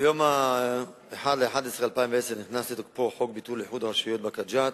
ביום 1 בנובמבר 2010 נכנס לתוקפו החוק לביטול איחוד הרשויות באקה ג'ת.